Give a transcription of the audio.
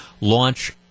launch –